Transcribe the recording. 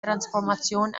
transformation